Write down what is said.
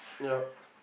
yup